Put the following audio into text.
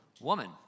Woman